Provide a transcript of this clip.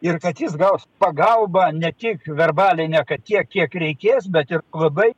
ir kad jis gaus pagalbą ne tik verbalinę kad tiek kiek reikės bet ir labai